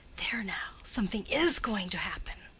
there now! something is going to happen.